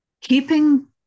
keeping